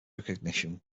recognition